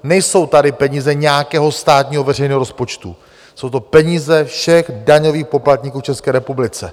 Nejsou tady peníze nějakého státního veřejného rozpočtu, jsou to peníze všech daňových poplatníků v České republice.